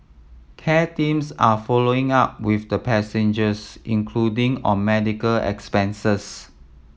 care teams are following up with the passengers including on medical expenses